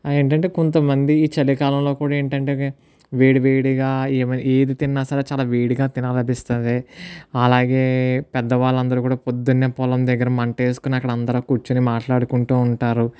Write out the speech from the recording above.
ఏంటంటే కొంతమంది ఈ చలికాలంలో కూడా ఏంటంటే వేడి వేడిగా ఏమి ఏది తిన్నా సరే చాలా వేడిగా తినాలనిపిస్తుంది అలాగే పెద్దవాళ్ళందరూ కూడా పొద్దున్నే పొలం దగ్గర మంట వేసుకొని అక్కడ అందరూ కూర్చొని మాట్లాడుకుంటూ ఉంటారు